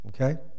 Okay